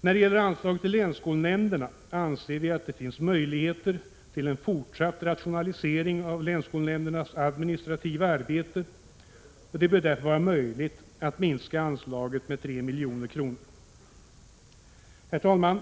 När det gäller anslaget till länsskolnämnderna anser vi att det finns möjligheter till en fortsatt rationalisering av länsskolnämndernas administrativa arbete. Det bör därför vara möjligt att minska anslaget med 3 milj.kr. Herr talman!